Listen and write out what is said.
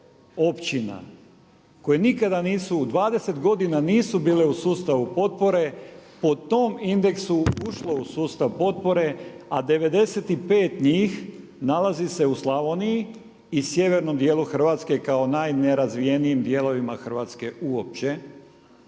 općina koje nikada nisu u 20 godina nisu bile u sustavu potpore, po tom indeksu ušlo u sustav potpore a 95 njih nalazi se u Slavoniji i sjevernom dijelu Hrvatske kao najnerazvijenijim dijelovima Hrvatske uopće.